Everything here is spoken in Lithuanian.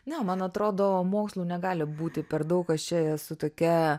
ne man atrodo mokslų negali būti per daug aš čia esu tokia